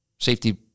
Safety